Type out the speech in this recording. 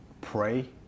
pray